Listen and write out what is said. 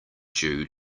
due